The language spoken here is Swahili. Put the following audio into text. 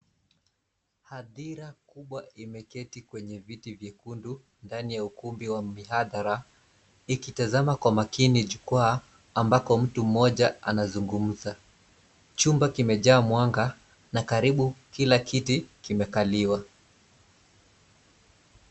Hadhira kubwa imeketi kwenye viti vyekundu ndani ya ukumbi wa mihadhara ikitazama kwa makini jukwaa ambako mtu mmoja anazungumza. Chumba kimejaa mwanga na karibu kila kiti kimekaliwa.